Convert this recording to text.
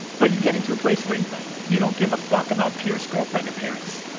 but you get into a place where you but you don't give a fuck about pierce, girlfriend, and parents.